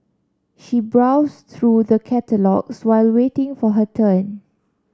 she browsed through the catalogues while waiting for her turn